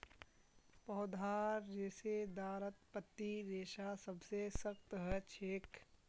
पौधार रेशेदारत पत्तीर रेशा सबसे सख्त ह छेक